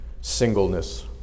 singleness